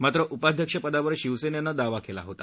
मात्र उपाध्यक्षपदावर शिवसेनेने दावा केला होता